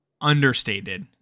understated